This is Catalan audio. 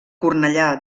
cornellà